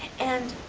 and